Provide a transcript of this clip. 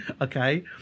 Okay